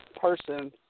person